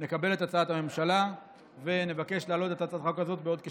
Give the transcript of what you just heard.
נקבל את הצעת הממשלה ונבקש להעלות את הצעת החוק הזאת בעוד כשבועיים,